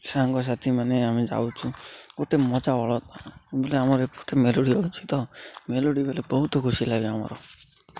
ସାଙ୍ଗ ସାଥିମାନେ ଆମେ ଯାଉଛୁ ଗୋଟେ ମଜା ବଲେ ଆମର ଏପଟେ ମେଲୋଡ଼ି ହଉଛି ତ ମେଲୋଡ଼ି ବଲେ ବହୁତ ଖୁସି ଲାଗେ ଆମର